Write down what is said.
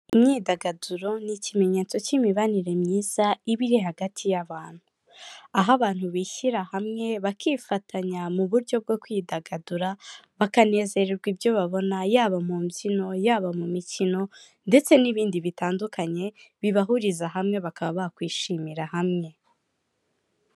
Imyidagaduro ni ikimenyetso cy'imibanire myiza iba iri hagati y'abantu, aho abantu bishyira hamwe bakifatanya mu buryo bwo kwidagadura, bakanezererwa ibyo babona, yaba mu mbyino, yaba mu mikino ndetse n'ibindi bitandukanye bibahuriza hamwe bakaba bakwishimira hamwe.